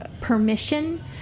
permission